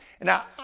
Now